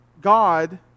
God